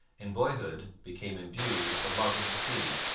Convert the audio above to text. in boyhood became imbued with a love of the sea,